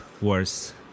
worse